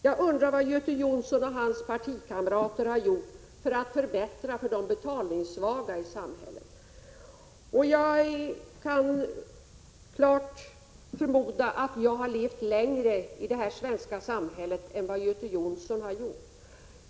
Jag undrar vad Göte Jonsson och hans partikamrater har gjort för att förbättra situationen för dessa betalningssvaga. Jag har levt längre i det svenska samhället än vad Göte Jonsson har gjort.